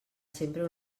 sempre